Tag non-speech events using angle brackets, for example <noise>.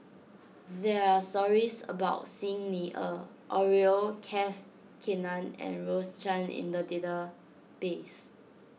there are stories about Xi Ni Er <unintelligible> and Rose Chan in the database